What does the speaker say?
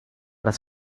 das